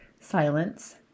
silence